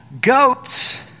Goats